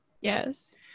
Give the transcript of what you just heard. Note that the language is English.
Yes